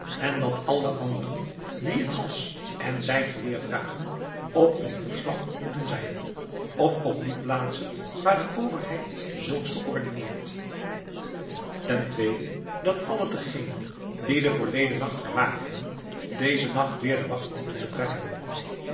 en dat al de anderen die een hals en zijdgeweer dragen op hun hoefslag moeten zijn of op die plaatsen waar de overheid zulks verordineert ten tweede dat alle degenen die den voorleden nacht gewaakt hebben dezen nacht weer de wacht moeten betrekken